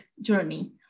journey